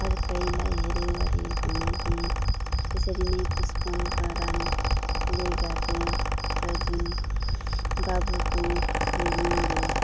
अर्कैलाई हेर्यौ अरे भन्ने गीत त्यसरी नै पुष्पन प्रधानले गाएको छ जुन बाबुको जुँगो